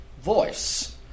voice